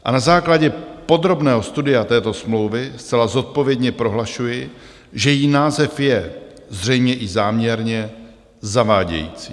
A na základě podrobného studia této smlouvy zcela zodpovědně prohlašuji, že její název je zřejmě i záměrně zavádějící.